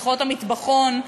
שיחות המטבחון,